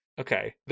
Okay